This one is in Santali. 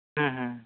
ᱦᱩᱸ ᱦᱩᱸ